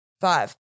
Five